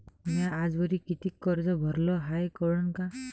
म्या आजवरी कितीक कर्ज भरलं हाय कळन का?